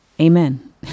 Amen